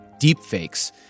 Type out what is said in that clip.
deepfakes